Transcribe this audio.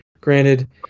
Granted